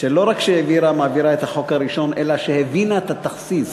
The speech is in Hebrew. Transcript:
שלא רק מעבירה את החוק הראשון אלא הבינה את התכסיס